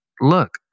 Look